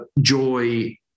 joy